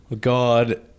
God